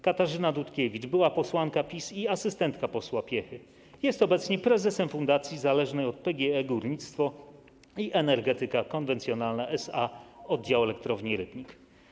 Katarzyna Dutkiewicz, była posłanka PiS i asystentka posła Piechy, jest obecnie prezesem fundacji zależnej od PGE Górnictwo i Energetyka Konwencjonalna SA Oddział Elektrownia Rybnik.